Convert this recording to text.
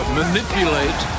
manipulate